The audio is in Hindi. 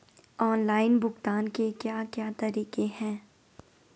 ऑनलाइन भुगतान के क्या क्या तरीके हैं?